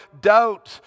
doubt